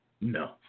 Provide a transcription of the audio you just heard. No